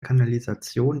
kanalisation